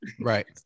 Right